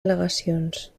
al·legacions